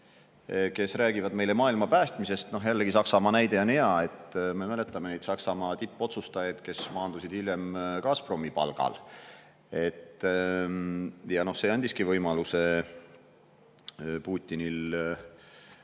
kes räägivad meile maailma päästmisest … Jällegi, Saksamaa näide on hea. Me mäletame neid Saksamaa tippotsustajaid, kes maandusid hiljem Gazpromi palgale. Ja see andiski Putinile